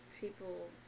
people